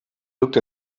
looked